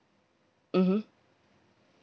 mmhmm